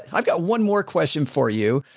i've got one more question for you.